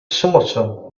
sorcerer